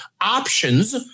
options